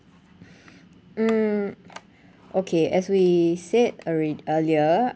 mm okay as we said alre~ earlier